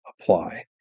apply